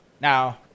Now